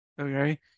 Okay